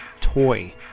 toy